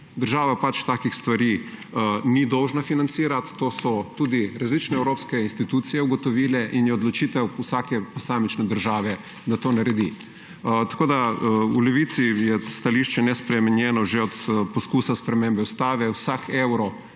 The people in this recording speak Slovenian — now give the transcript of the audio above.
Država pač takih stvari ni dolžna financirati, to so tudi različne evropske institucije ugotovile, in je odločitev vsake posamične države, da to naredi. V Levici je stališče nespremenjeno že od poskusa spremembe ustave, vsak evro